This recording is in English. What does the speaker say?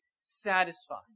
satisfied